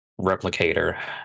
replicator